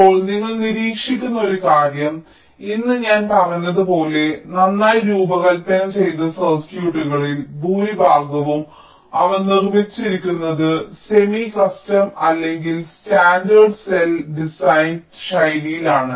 ഇപ്പോൾ നിങ്ങൾ നിരീക്ഷിക്കുന്ന ഒരു കാര്യം ഇന്ന് ഞാൻ പറഞ്ഞതുപോലെ നന്നായി രൂപകൽപ്പന ചെയ്ത സർക്യൂട്ടുകളിൽ ഭൂരിഭാഗവും അവ നിർമ്മിച്ചിരിക്കുന്നത് സെമി കസ്റ്റം അല്ലെങ്കിൽ സ്റ്റാൻഡേർഡ് സെൽ ഡിസൈൻ ശൈലിയിലാണ്